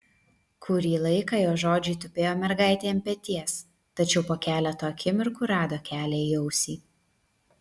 kurį laiką jo žodžiai tupėjo mergaitei ant peties tačiau po keleto akimirkų rado kelią į ausį